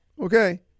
Okay